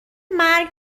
مرگ